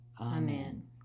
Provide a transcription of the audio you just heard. Amen